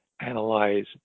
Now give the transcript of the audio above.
analyze